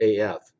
AF